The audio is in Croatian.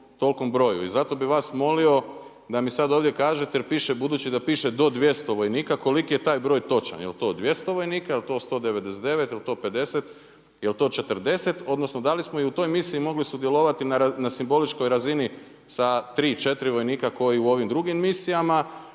tolikom broju. I zato bi vas molio da mi sada ovdje kažete jel piše budući da piše do 200 vojnika koliki je taj broj točan? Jel to 200 vojnika jel to 199, jel to 50, jel to 40 odnosno da li smo i u toj misiji mogli sudjelovati na simboličkoj razini sa 3, 4 vojnika kao i u ovim drugim misijama?